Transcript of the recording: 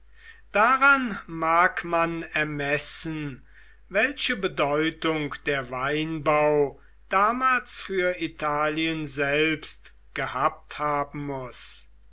daran mag man ermessen welche bedeutung der weinbau damals für italien selbst gehabt haben muß